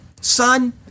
son